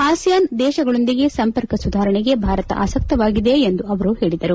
ASEAN ದೇಶಗಳೊಂದಿಗೆ ಸಂಪರ್ಕ ಸುಧಾರಣೆಗೆ ಭಾರತ ಆಸಕ್ತವಾಗಿದೆ ಎಂದು ಅವರು ಹೇಳಿದರು